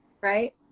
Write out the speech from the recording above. right